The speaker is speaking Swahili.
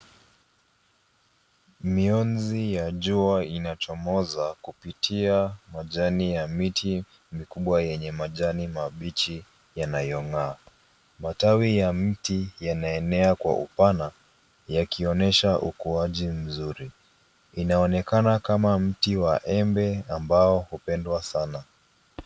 Mionzi ya jua inachomoza kupitia majani ya miti mikubwa yenye majani mabichi yanayong'aa ,matawi ya mti yanaenea kwa upana yakionesha ukuaji mzuri, inaonekana kama mti wa embe ambao hupendwa sana.